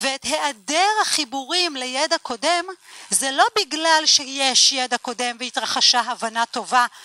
ואת היעדר החיבורים לידע קודם זה לא בגלל שיש ידע קודם והתרחשה הבנה טובה